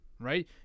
Right